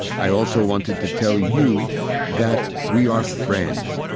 i also wanted to tell you that we are friends.